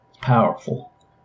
powerful